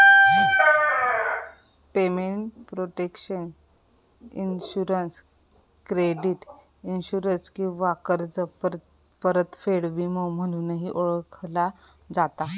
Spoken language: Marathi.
payment protection insurance credit insurance किंवा कर्ज परतफेड विमो म्हणूनही ओळखला जाता